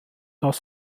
das